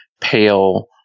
pale